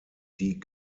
die